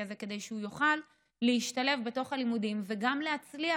הזה כדי שהוא יוכל להשתלב בתוך הלימודים וגם להצליח.